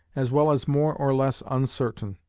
as well as more or less uncertain,